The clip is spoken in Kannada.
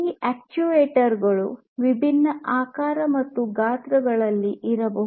ಈ ಅಕ್ಚುಯೇಟರ್ ಗಳು ವಿಭಿನ್ನ ಆಕಾರ ಮತ್ತು ಗಾತ್ರಗಳಲ್ಲಿ ಬರಬಹುದು